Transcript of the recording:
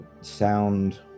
sound